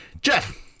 Jeff